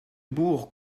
bourg